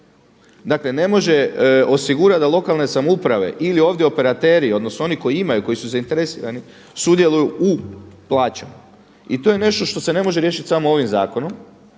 Dakle, ne može osigurati da lokalne samouprave ili ovdje operateri, odnosno oni koji imaju, koji su zainteresirani sudjeluju u plaćama. I to je nešto što se ne može riješiti samo ovim zakonom,